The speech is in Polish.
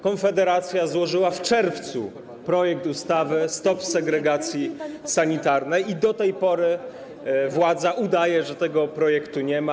Konfederacja złożyła w czerwcu projekt ustawy „Stop segregacji sanitarnej”, a władza do tej pory udaje, że tego projektu nie ma.